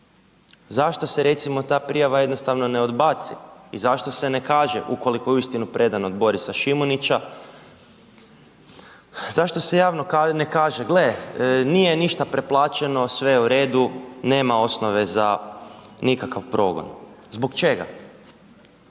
Zašto se recimo ta prijava jednostavno ne odbaci i zašto se ne kaže ukoliko je uistinu predana od Borisa Šimunića, zašto se javno ne kaže gle nije ništa preplaćeno, sve je u redu, nema osnove za nikakav progon, zbog čega?